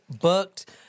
booked